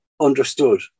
understood